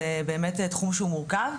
זה באמת תחום שהוא מורכב.